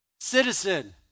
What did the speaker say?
Citizen